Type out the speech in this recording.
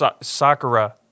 Sakura